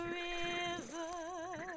river